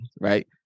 right